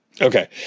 Okay